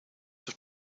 have